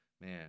Man